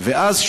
ואז,